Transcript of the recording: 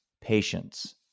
patience